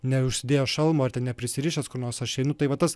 neužsidėjęs šalmo ar ten neprisirišęs kur nors aš einu tai va tas